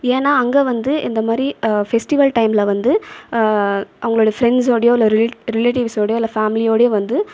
ஏன்னால் அங்கே வந்து இந்த மாதிரி ஃபெஸ்டிவல் டைமில் வந்து அவங்களோட ஃபிரண்ட்ஸ் உடயோ இல்லை ரிலேட்டிவ்ஸ்வோடய இல்லை ஃபேமிலியோடைய வந்து